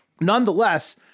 nonetheless